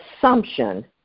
assumption